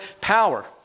power